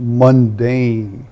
mundane